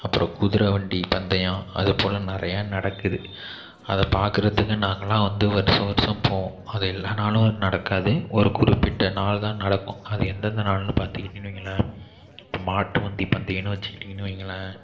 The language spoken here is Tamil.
அப்புறம் குதிரை வண்டி பந்தயம் அதுபோல் நிறைய நடக்குது அதை பார்க்குறதுக்கு நாங்கெலாம் வந்து வருஷம் வருஷம் போவோம் அது எல்லா நாளும் நடக்காது ஒரு குறிப்பிட்ட நாள்தான் நடக்கும் அது எந்தெந்த நாள்ன்னு பார்த்துக்கிட்டிங்கன்னு வையுங்களேன் இப்போ மாட்டு வண்டி பந்தயம்ன்னு வச்சுக்கிட்டீங்கன்னு வையுங்களேன்